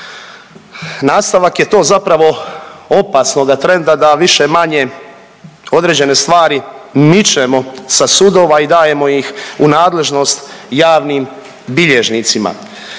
Nastavak je to zapravo opasnoga trenda da više-manje određene stvari mičemo sa sudova i dajemo ih u nadležnost javnim bilježnicima